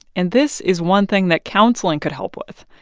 and this is one thing that counseling could help with.